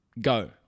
go